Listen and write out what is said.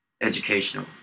educational